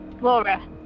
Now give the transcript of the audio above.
Laura